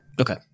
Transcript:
okay